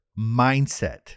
mindset